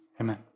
Amen